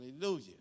Hallelujah